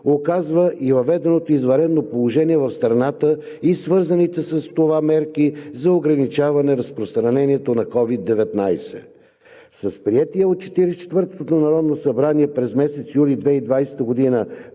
оказва и въведеното извънредно положение в страната и свързаните с това мерки за ограничаване на разпространението на COVID-19. С приетите от Четиридесет и четвъртото народно събрание през месец юли 2020 г.